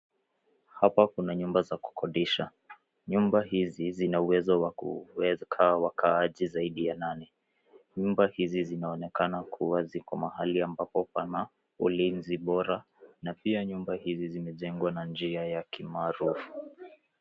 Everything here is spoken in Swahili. Hapa kuna nyumba za kukodisha. Nyumba hizi zina uwezo wa kuweka wakaaji zaidi ya nane. Nyumba hizi zinaonekana kuwa ziko mahali ambapo pana ulinzi bora na pia nyumba hizi zimejengwa na njia ya kimaarufu.